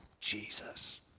Jesus